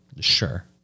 Sure